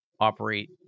operate